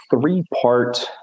three-part